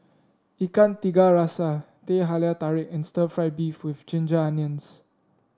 Ikan Tiga Rasa Teh Halia Tarik and Stir Fried Beef with Ginger Onions